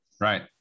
Right